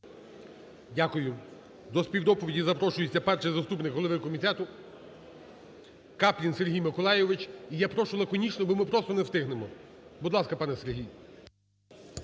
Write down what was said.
Дякую. До співдоповіді запрошується перший заступник голови комітету Каплін Сергій Миколайович. І я прошу лаконічно, бо ми просто не встигнемо. Будь ласка, пан Сергій.